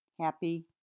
happy